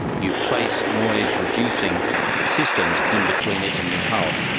you place noise reducing systems in between it and the hull.